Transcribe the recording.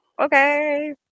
Okay